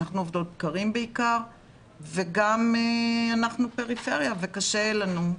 אנחנו עובדות בקרים בעיקר וגם אנחנו פריפריה וקשה לנו.